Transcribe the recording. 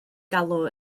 galw